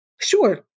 Sure